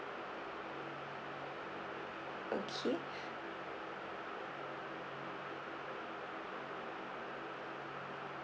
okay